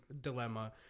dilemma